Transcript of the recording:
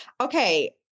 okay